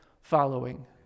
following